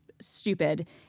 stupid